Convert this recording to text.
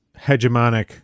hegemonic